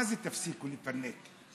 מה זה "תפסיקו לפנק"?